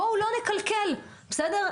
בואו לא נקלקל, בסדר?